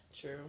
true